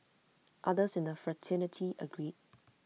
others in the fraternity agreed